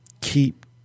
keep